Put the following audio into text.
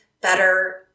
better